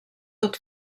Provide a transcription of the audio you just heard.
tot